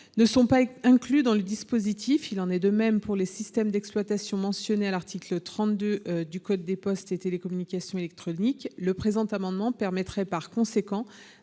ne sont pas incluses dans le dispositif. Il en va de même des systèmes d’exploitation mentionnés à l’article 32 du code des postes et des communications électroniques. Le présent amendement tend par conséquent